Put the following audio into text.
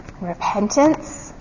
repentance